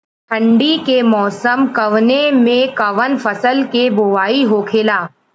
ठंडी के मौसम कवने मेंकवन फसल के बोवाई होखेला?